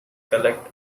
collect